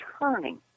turning